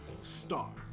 star